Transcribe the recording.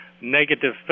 negative